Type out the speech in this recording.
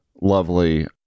lovely